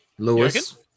Lewis